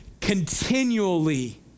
continually